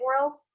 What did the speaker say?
world